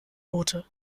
boote